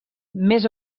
més